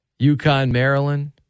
UConn-Maryland